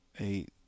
eight